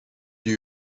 die